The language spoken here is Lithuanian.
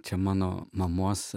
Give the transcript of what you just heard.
čia mano mamos